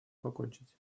покончить